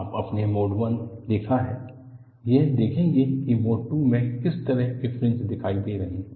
अब आपने मोड 1 देखा है हम देखेंगे कि मोड 2 में किस तरह के फ्रिंज दिखाई दे रहे हैं